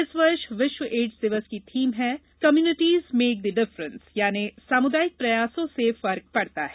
इस वर्ष विश्व एड्स दिवस की थीम है कम्युनिटीज़ मेक द डिफरेंस यानि सामुदायिक प्रयासों से फर्क पड़ता है